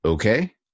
Okay